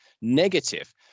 negative